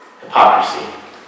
hypocrisy